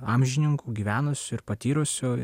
amžininkų gyvenusių ir patyrusių